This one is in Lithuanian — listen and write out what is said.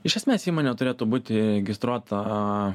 iš esmės įmonė turėtų būti registruota